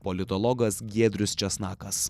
politologas giedrius česnakas